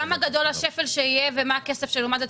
כמה גדול השפל שיהיה ומה הכסף שלעומת זאת